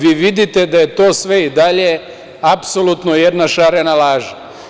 Vi vidite da je to sve i dalje apsolutno jedna šarena laža.